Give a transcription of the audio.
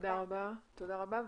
תודה רבה.